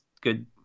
good